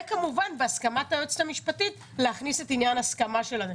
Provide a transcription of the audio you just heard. וכמובן בהסכמת היועצת המשפטית להכניס את עניין ההסכמה שלהם.